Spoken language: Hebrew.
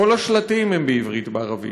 כל השלטים הם בעברית ובערבית,